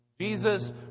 Jesus